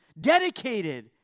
dedicated